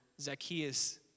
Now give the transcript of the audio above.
Zacchaeus